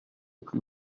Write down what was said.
plus